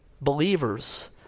believers